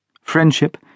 Friendship